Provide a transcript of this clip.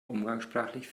umgangssprachlich